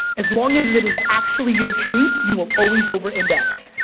as long as it is actually your truth, you will always over-index.